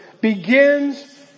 begins